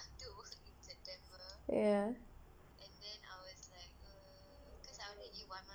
ya